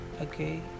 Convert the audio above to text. Okay